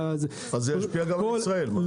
אז זה ישפיע גם על ישראל.